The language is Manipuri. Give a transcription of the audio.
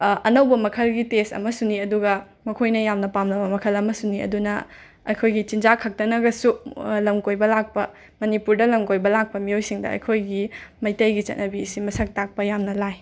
ꯑꯅꯧꯕ ꯃꯈꯜꯒꯤ ꯇꯦꯁ ꯑꯃꯁꯨꯅꯤ ꯑꯗꯨꯒ ꯃꯈꯣꯏꯅ ꯌꯥꯝꯅ ꯄꯥꯝꯅꯕ ꯃꯈꯜ ꯑꯃꯁꯨꯅꯤ ꯑꯗꯨꯅ ꯑꯩꯈꯣꯏꯒꯤ ꯆꯤꯟꯖꯥꯛꯈꯛꯇꯅꯒꯁꯨ ꯂꯝ ꯀꯣꯏꯕ ꯂꯥꯛꯄ ꯃꯅꯤꯄꯨꯔꯗ ꯂꯝ ꯀꯣꯏꯕ ꯂꯥꯛꯕ ꯃꯤꯑꯣꯏꯁꯤꯡꯗ ꯑꯩꯈꯣꯏꯒꯤ ꯃꯩꯇꯩꯒꯤ ꯆꯠꯅꯕꯤ ꯑꯁꯤ ꯃꯁꯛ ꯇꯥꯛꯄ ꯌꯥꯝꯅ ꯂꯥꯏ